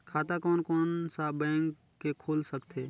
खाता कोन कोन सा बैंक के खुल सकथे?